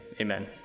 amen